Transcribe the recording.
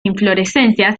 inflorescencias